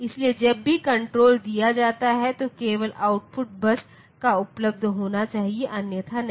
इसलिए जब भी कण्ट्रोल दिया जाता है तो केवल आउटपुट बस पर उपलब्ध होना चाहिए अन्यथा नहीं